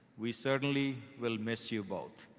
we certainly will miss you both.